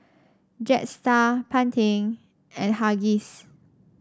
Jetstar Pantene and Huggies